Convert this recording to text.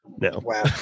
No